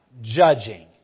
judging